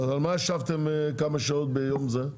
על מה ישבתם כמה שעות ביום זה?